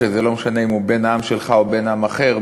זה לא משנה אם הוא בן העם שלך או בן עם אחר,